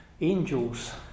Angels